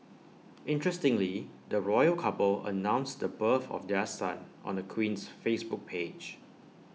interestingly the royal couple announced the birth of their son on the Queen's Facebook page